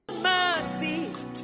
Mercy